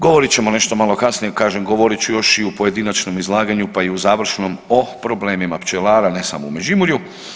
Govorit ćemo malo kasnije, kažem govorit ću još i u pojedinačnom izlaganju, pa i u završnom o problemima pčelara ne samo u Međimurju.